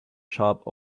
sharp